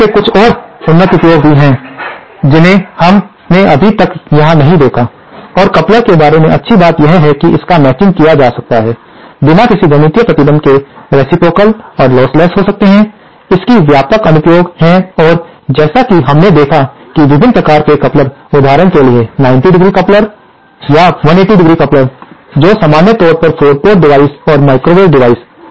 coupler के कुछ और उन्नत उपयोग भी हैं जिन्हें हमने अभी तक यहां नहीं देखा और कपलर के बारे में अच्छी बात यह है कि इसका मैचिंग किया जा सकता है बिना किसी गणितीय प्रतिबंध के रेसिप्रोकाल और लॉसलेस हो सकते हैं इसकी व्यापक अनुप्रयोग हैं और जैसा कि हमने देखा कि विभिन्न प्रकार के कपलर हैं उदाहरण के लिए 90° कपलर या 180° कपलर तो सामान्य तौर पर 4 पोर्ट डिवाइस और माइक्रोवेव डिवाइस